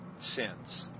sins